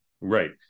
Right